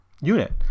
Unit